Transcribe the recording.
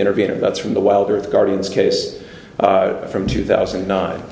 intervening about's from the wilder the guardian's case from two thousand and nine